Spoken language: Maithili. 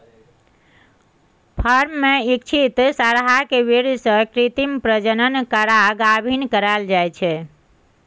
फर्म मे इच्छित सरहाक बीर्य सँ कृत्रिम प्रजनन करा गाभिन कराएल जाइ छै